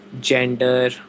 gender